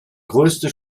größte